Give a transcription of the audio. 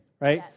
right